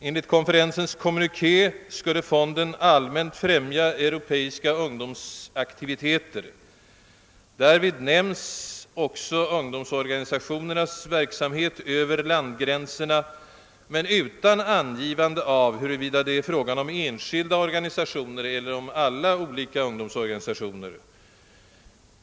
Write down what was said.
Enligt konferensens kommuniké skulle fonden allmänt främja europeisk ungdomsaktivitet. Därvid nämns också ungdomsorganisationernas verksamhet över landgränserna men utan tydligt angivande av huruvida det är fråga om enskilda ungdomsorganisationer eller alla olika organisationer för ungdom.